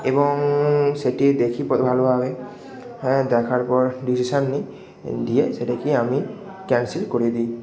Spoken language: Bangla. এবং সেটি দেখি প ভালোভাবে ওখানে দেখার পর ডিসিশান নিই লিয়ে সেটাকে আমি ক্যানসেল করে দিই